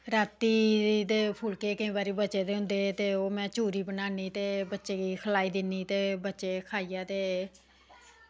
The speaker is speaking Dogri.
ते रातीं दे फुल्के केईं बारी बचे दे होंदे ते में चूरी बनानी ते बच्चें गी खलाने ई दिन्नी ते बच्चे खलाइयै ते